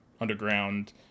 underground